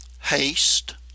haste